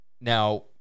Now